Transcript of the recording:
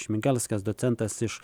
šmigelskas docentas iš